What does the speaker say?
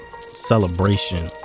celebration